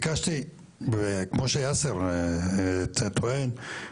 ו' בתמוז התשפ"ב, השעה 09:27, הנושא של הדיון: